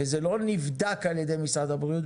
שזה לא נבדק על ידי משרד הבריאות,